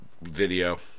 video